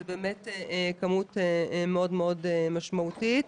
זו באמת כמות מאוד משמעותית.